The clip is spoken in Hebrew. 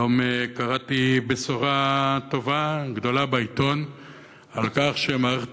היום קראתי בשורה טובה גדולה בעיתון על כך שמערכת